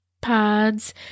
pods